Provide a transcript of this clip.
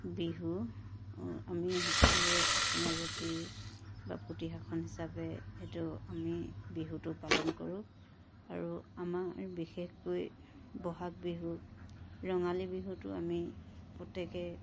বিহু আমি সকলোৱে অসমীয়া জাতিৰ বাপতিসাহোন হিচাপে যিটো আমি বিহুটো পালন কৰোঁ আৰু আমাৰ বিশেষকৈ ব'হাগ বিহু ৰঙালী বিহুটো আমি প্ৰত্যেকে